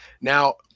Now